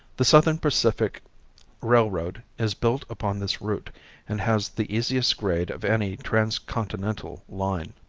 the southern pacific railroad is built upon this route and has the easiest grade of any transcontinental line.